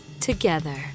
together